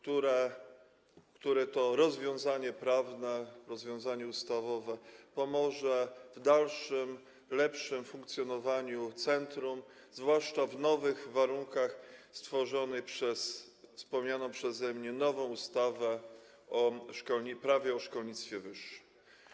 To rozwiązanie prawne, rozwiązanie ustawowe pomoże w dalszym lepszym funkcjonowaniu centrum, zwłaszcza w nowych warunkach stworzonych przez wspomnianą przeze mnie nową ustawę Prawo o szkolnictwie wyższym.